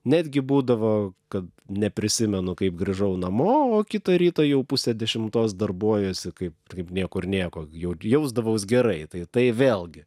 netgi būdavo kad neprisimenu kaip grįžau namo o kitą rytą jau pusę dešimtos darbuojuosi kaip kaip niekur nieko jau jausdavaus gerai tai tai vėlgi